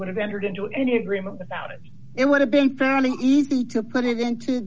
would have entered into any agreement about it it would have been fairly easy to put it into